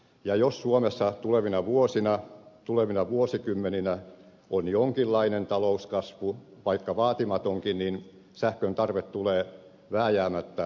ja jos suomessa tulevina vuosina tulevina vuosikymmeninä on jonkinlainen talouskasvu vaikka vaatimatonkin niin sähköntarve tulee vääjäämättä lisääntymään